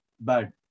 Bad